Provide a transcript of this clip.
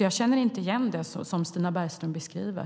Jag känner inte igen det som Stina Bergström beskriver.